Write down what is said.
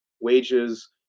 wages